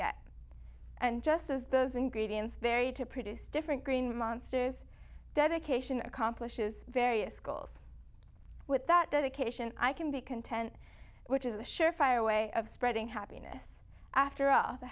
get and just as those ingredients vary to produce different green monster is dedication accomplishes various goals with that dedication i can be content which is a sure fire way of spreading happiness after all the